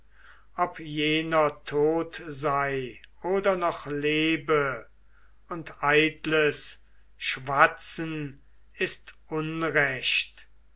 ob jener tot sei oder noch lebe und eitles schwatzen ist unrecht